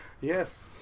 Yes